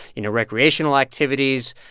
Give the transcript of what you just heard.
you know, recreational activities.